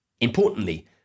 Importantly